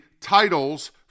titles